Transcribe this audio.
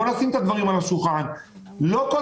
בואו נשים את הדברים על השולחן: לא כל